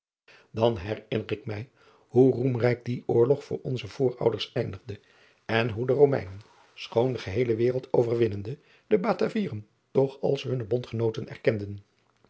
an herinner ik mij hoe roemrijk die oorlog voor onze voorouders eindigde en hoe de omeinen schoon de geheele wereld overwinnende de atavieren toch als hunne ondgenooten erkenden